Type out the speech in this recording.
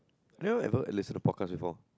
you ever listen to podcast before